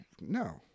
No